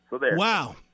Wow